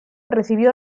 recibió